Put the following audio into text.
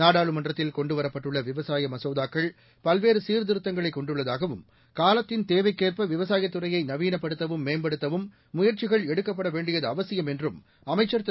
நாடாளுமன்றத்தில் கொண்டு வரப்பட்டுள்ள விவசாய மசோதாக்கள் பல்வேறு சீர்திருத்தங்களை கொண்டுள்ளதாகவும் காலத்தின் தேவைக்கேற்ப விவசாயத் துறையை நவீனப்படுத்தவும் மேம்படுத்தவும் முயற்சிகள் எடுக்கப்பட வேண்டியது அவசியம் என்றும் அமைச்சர் திரு